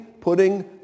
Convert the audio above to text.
putting